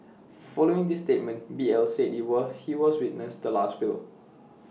following this statement B L said IT will he was witness to Last Will